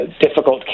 difficult